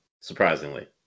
surprisingly